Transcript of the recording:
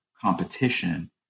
competition